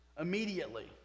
immediately